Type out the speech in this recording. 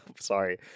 Sorry